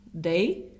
day